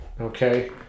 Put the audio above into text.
okay